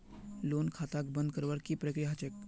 loan खाताक बंद करवार की प्रकिया ह छेक